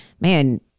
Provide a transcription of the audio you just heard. man